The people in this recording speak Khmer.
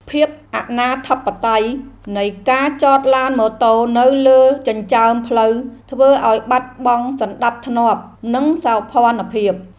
ភាពអនាធិបតេយ្យនៃការចតឡានម៉ូតូនៅលើចិញ្ចើមផ្លូវធ្វើឱ្យបាត់បង់សណ្តាប់ធ្នាប់ និងសោភ័ណភាព។